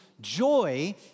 joy